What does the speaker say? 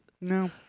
No